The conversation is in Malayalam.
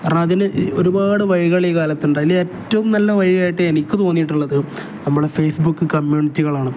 കാരണം അതിന് ഒരുപാട് വഴികൾ ഈ കാലത്തുണ്ട് അതിൽ ഏറ്റവും നല്ല വഴിയായിട്ട് എനിക്ക് തോന്നിയിട്ടുള്ളത് നമ്മളുടെ ഫേസ്ബുക്ക് കമ്മ്യൂണിറ്റികളാണ്